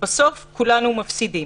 בסוף כולנו מפסידים.